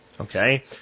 okay